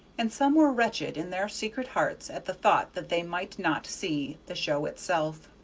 and some were wretched in their secret hearts at the thought that they might not see the show itself.